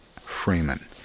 Freeman